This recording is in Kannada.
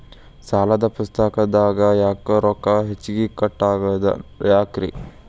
ಸಾಲದ ಪುಸ್ತಕದಾಗ ಯಾಕೊ ರೊಕ್ಕ ಹೆಚ್ಚಿಗಿ ಕಟ್ ಆಗೆದ ಯಾಕ್ರಿ?